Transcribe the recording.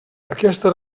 aquesta